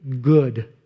good